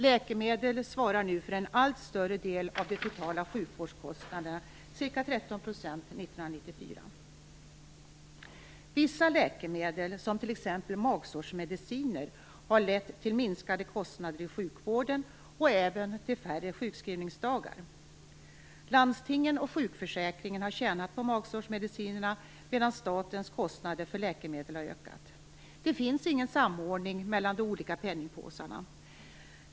Läkemedlen svarar nu för en allt större del av de totala sjukvårdskostnaderna, ca 13 % år Vissa läkemedel, som t.ex. magsårsmediciner, har lett till minskade kostnader i sjukvården och även till färre sjukskrivningsdagar. Landstingen och sjukförsäkringen har tjänat på magsårsmedicinerna, medan statens kostnader för läkemedel har ökat. Det sker ingen samordning mellan de olika penningpåsarna.